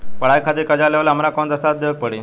पढ़ाई खातिर कर्जा लेवेला हमरा कौन दस्तावेज़ देवे के पड़ी?